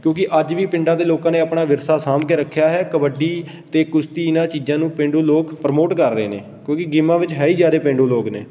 ਕਿਉਂਕਿ ਅੱਜ ਵੀ ਪਿੰਡਾਂ ਦੇ ਲੋਕਾਂ ਨੇ ਆਪਣਾ ਵਿਰਸਾ ਸਾਂਭ ਕੇ ਰੱਖਿਆ ਹੈ ਕਬੱਡੀ ਅਤੇ ਕੁਸ਼ਤੀ ਇਹਨਾਂ ਚੀਜ਼ਾਂ ਨੂੰ ਪੇਂਡੂ ਲੋਕ ਪ੍ਰਮੋਟ ਕਰ ਰਹੇ ਨੇ ਕਿਉਂਕਿ ਗੇਮਾਂ ਵਿੱਚ ਹੈ ਹੀ ਜ਼ਿਆਦਾ ਪੇਂਡੂ ਲੋਕ ਨੇ